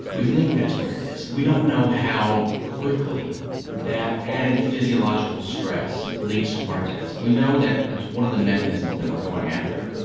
we think that's what it is. we don't know how quickly that added physiological stress leads to heart attacks. we know that it's one of the mechanisms that we are going after.